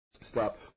Stop